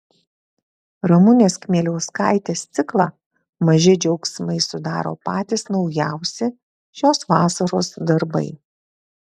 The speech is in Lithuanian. ramunės kmieliauskaitės ciklą maži džiaugsmai sudaro patys naujausi šios vasaros darbai